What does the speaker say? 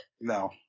No